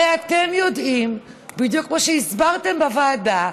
הרי אתם יודעים, בדיוק כמו שהסברתם בוועדה,